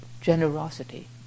generosity